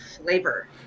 flavor